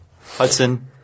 Hudson